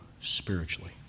spiritually